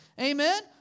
Amen